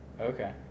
okay